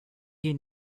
you